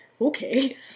Okay